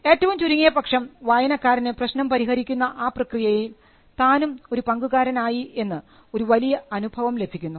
ഏറ്റവും ചുരുങ്ങിയ പക്ഷം വായനക്കാരന് പ്രശ്നം പരിഹരിക്കുന്ന ആ പ്രക്രിയയിൽ താനും ഒരു പങ്കുകാരനായി എന്ന് ഒരു വലിയ അനുഭവം ലഭിക്കുന്നു